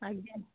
ଆଜ୍ଞା